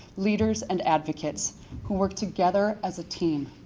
leaders, and advocates who work together as a team.